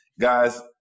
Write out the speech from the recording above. Guys